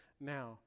now